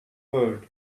heard